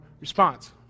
response